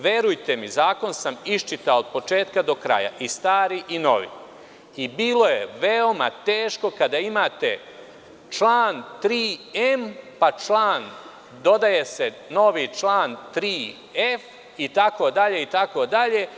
Verujte, zakon sam iščitao od početka do kraja, i stari i novi, i bilo je veoma teško kada imate član 3n, pa dodaje se novi član 3f itd. itd.